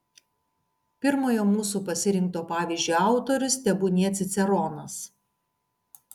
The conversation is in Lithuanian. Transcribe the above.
pirmojo mūsų pasirinkto pavyzdžio autorius tebūnie ciceronas